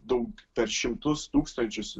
daug per šimtus tūkstančius